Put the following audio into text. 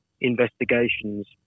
investigations